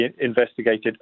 investigated